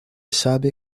sabe